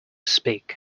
speak